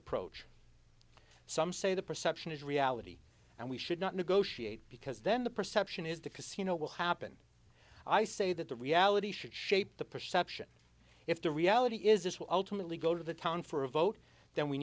approach some say the perception is reality and we should not negotiate because then the perception is that casino will happen i say that the reality should shape the perception if the reality is this will ultimately go to the town for a vote then we